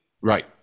Right